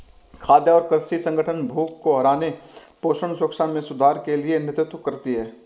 खाद्य और कृषि संगठन भूख को हराने पोषण सुरक्षा में सुधार के लिए नेतृत्व करती है